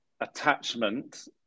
attachment